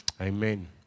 amen